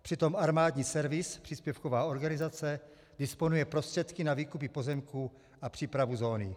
Přitom Armádní Servisní, příspěvková organizace, disponuje prostředky na výkupy pozemků a přípravu zóny.